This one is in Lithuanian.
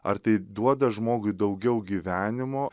ar tai duoda žmogui daugiau gyvenimo